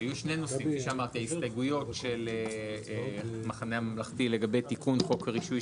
היו הסתייגויות של המחנה הממלכתי לגבי תיקון חוק הרישוי,